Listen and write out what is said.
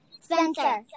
Spencer